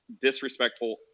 disrespectful